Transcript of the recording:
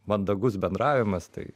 mandagus bendravimas tai